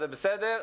זה בסדר.